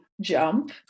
jump